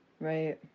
right